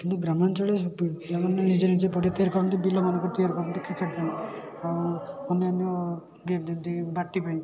କିନ୍ତୁ ଗ୍ରାମାଞ୍ଚଳରେ ପି ପିଲାମାନେ ନିଜେ ନିଜେ ପଡ଼ିଆ ତିଆରି କରନ୍ତି ବିଲମାନଙ୍କୁ ତିଆରି କରନ୍ତି କ୍ରିକେଟ୍ ପାଇଁ ଆଉ ଅନ୍ୟାନ୍ୟ ବାଟି ପାଇଁ